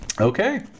Okay